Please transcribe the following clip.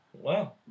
Wow